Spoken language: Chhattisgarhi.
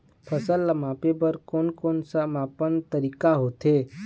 फसल ला मापे बार कोन कौन सा मापन तरीका होथे?